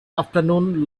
afternoon